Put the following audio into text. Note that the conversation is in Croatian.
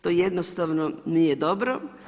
To jednostavno nije dobro.